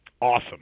Awesome